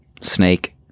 snake